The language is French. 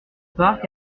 parc